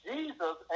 Jesus